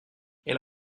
elle